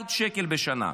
למיליארד שקלים בשנה.